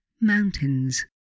mountains